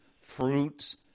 fruits